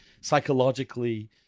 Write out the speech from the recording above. psychologically